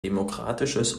demokratisches